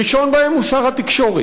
ראשון בהם הוא שר התקשורת,